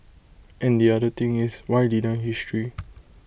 and the other thing is why deny history